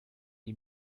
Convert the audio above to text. die